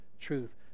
truth